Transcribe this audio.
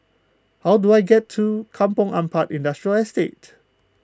how do I get to Kampong Ampat Industrial Estate